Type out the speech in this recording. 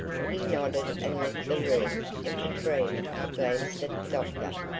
he nodded, and left the room, and katrine glanced at the doctor.